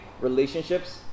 relationships